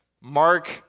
Mark